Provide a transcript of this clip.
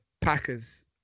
Packers